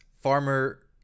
farmer